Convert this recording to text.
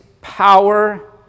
power